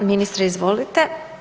Ministre izvolite.